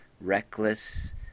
reckless